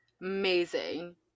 amazing